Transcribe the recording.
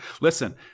Listen